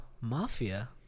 mafia